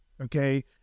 Okay